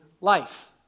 life